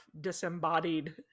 disembodied